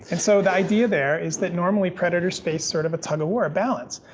and so the idea there is that normally predators face sort of a tug-of-war balance.